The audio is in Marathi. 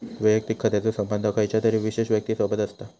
वैयक्तिक खात्याचो संबंध खयच्या तरी विशेष व्यक्तिसोबत असता